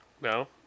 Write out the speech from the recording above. No